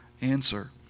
answer